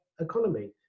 economy